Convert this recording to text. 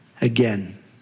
again